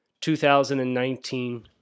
2019